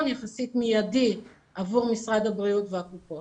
יחסית מיידי עבור משרד הבריאות והקופות.